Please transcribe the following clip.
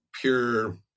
pure